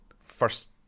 first